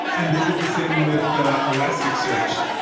and they did the same with ah elasticsearch.